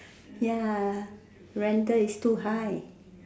ya rental is too high